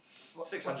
what what